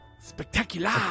Spectacular